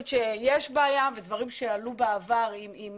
כפי שראינו בעבר בשיטות,